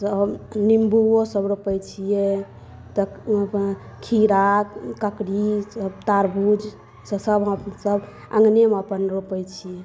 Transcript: सब निम्बुओ सब रोपै छियै तऽ खीरा ककड़ी तरबूज सब सब अँगने मे अपन रोपै छी